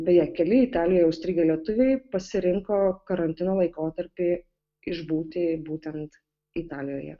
beje keli italijoje užstrigę lietuviai pasirinko karantino laikotarpį išbūti būtent italijoje